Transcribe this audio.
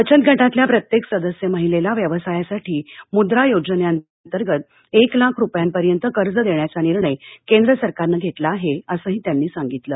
बचत गटातल्या प्रत्येक सदस्य महिलेला व्यव्सायासाठी मुद्रा योजनेअंतर्गत एक लाख रुपयांपर्यंत कर्ज देण्याचा निर्णय केंद्र सरकारनं घेतला आहे असंही त्यांनी सांगितलं